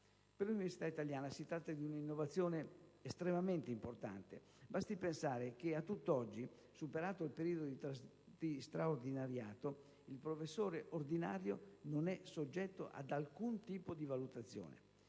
Per l'università italiana si tratta di una innovazione molto importante. Basti pensare che a tutt'oggi, superato il periodo di straordinariato, il professore ordinario non è soggetto ad alcun tipo di valutazione.